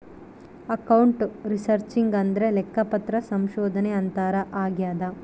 account researching ಅಂದ್ರೆ ಲೆಕ್ಕಪತ್ರ ಸಂಶೋಧನೆ ಅಂತಾರ ಆಗ್ಯದ